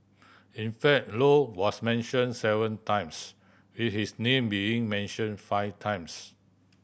in fact Low was mentioned seven times with his name being mentioned five times